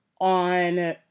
on